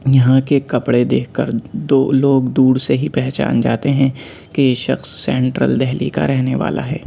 یہاں کے کپڑے دیکھ کر دو لوگ دور سے ہی پہچان جاتے ہیں کہ یہ شخص سینٹرل دہلی کا رہنے والا ہے